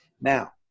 Now